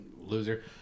Loser